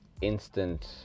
instant